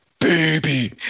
baby